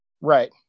Right